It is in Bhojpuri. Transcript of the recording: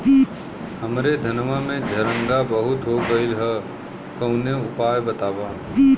हमरे धनवा में झंरगा बहुत हो गईलह कवनो उपाय बतावा?